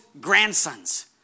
grandsons